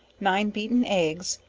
nine beaten eggs,